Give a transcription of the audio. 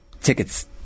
tickets